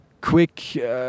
quick